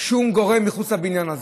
שום גורם מחוץ לבניין הזה,